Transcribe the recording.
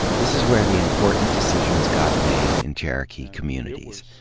this is where the important decisions got made in cherokee communities.